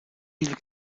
mille